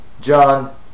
John